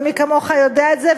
ומי כמוך יודע את זה,